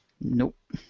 Nope